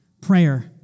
Prayer